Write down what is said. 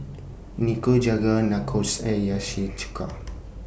Nikujaga Nachos and Hiyashi Chuka